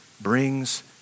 brings